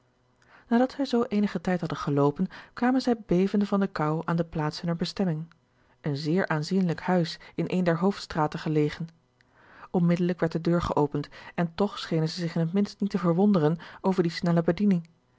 nadat zij zoo eenigen tijd hadden geloopen kwamen zij bevende van de koû aan de plaats hunner bestemming een zeer aanzienlijk huis in eene der hoofdstraten gelegen onmiddellijk werd de deur geopend en toch schenen zij zich in het minst niet te verwonwonderen over die snelle bediening